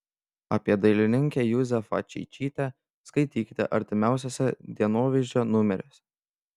apie dailininkę juzefą čeičytę skaitykite artimiausiuose dienovidžio numeriuose